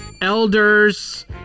Elders